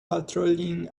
patrolling